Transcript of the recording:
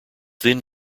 then